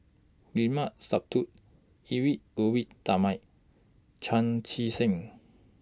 Limat Sabtu Edwy Lyonet Talma Chan Chee Seng